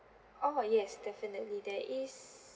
oh yes definitely there is